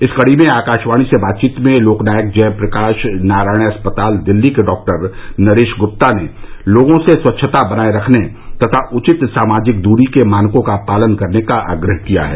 इस कड़ी में आकाशवाणी से बातचीत में लोकनायक जयप्रकाश नारायण अस्पताल दिल्ली के डॉक्टर नरेश गुप्ता ने लोगों से स्वच्छता बनाए रखने तथा उचित सामाजिक दूरी के मानकों का पालन करने का आग्रह किया है